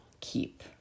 Keep